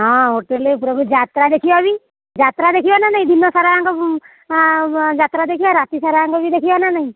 ହଁ ହୋଟେଲ୍ରେ ପୁରା ଯାତ୍ରା ଦେଖିବା ବି ଯାତ୍ରା ଦେଖିବା ନା ନାଇ ଦିନସାରାଙ୍କ ଯାତ୍ରା ଦେଖିବା ରାତିସାରାଙ୍କ ବି ଦେଖିବା ନା ନାଇ